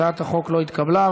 הצעת החוק לא התקבלה.